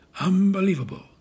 Unbelievable